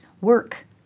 work